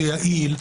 זה יעיל,